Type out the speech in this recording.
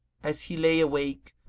as he lay awake,